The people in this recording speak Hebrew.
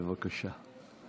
בבקשה.